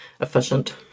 efficient